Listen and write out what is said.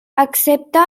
excepte